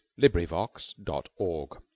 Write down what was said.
LibriVox.org